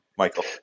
michael